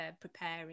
preparing